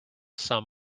sum